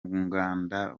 nganda